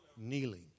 kneeling